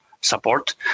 support